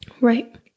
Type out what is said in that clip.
Right